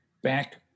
back